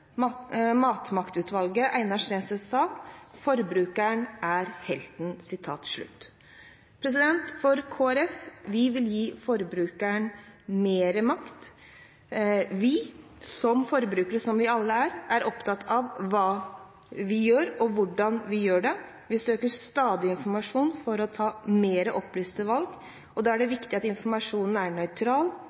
matmaktutvalget, Einar Steensnæs, sa: «Forbrukeren er helten.» Kristelig Folkeparti vil gi forbrukeren mer makt. Vi som forbrukere – som vi alle er – er opptatt av hva vi gjør, og hvordan vi gjør det. Vi søker stadig informasjon for å ta mer opplyste valg, og da er det viktig at informasjonen er nøytral,